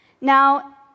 Now